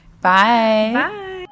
Bye